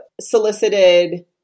solicited